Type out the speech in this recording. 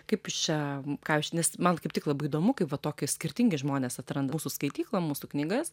kaip jūs čia ką jūs čia man kaip tik labai įdomu kaip va tokie skirtingi žmonės atranda mūsų skaityklą mūsų knygas